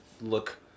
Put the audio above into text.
look